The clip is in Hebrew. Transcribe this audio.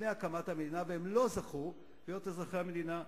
תקומת המדינה לפני הקמת המדינה ולא זכו להיות אזרחי המדינה: